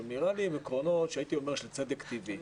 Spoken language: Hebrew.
שנראה לי שהם עקרונות של צדק טבעי.